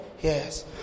Yes